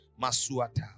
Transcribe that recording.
Masuata